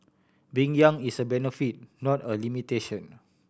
being young is a benefit not a limitation